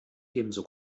ebenso